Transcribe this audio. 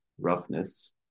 roughness